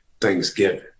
Thanksgiving